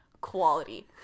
quality